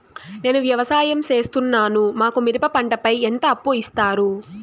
నేను వ్యవసాయం సేస్తున్నాను, మాకు మిరప పంటపై ఎంత అప్పు ఇస్తారు